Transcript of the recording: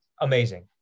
amazing